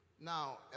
Now